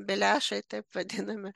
beliašai taip vadinami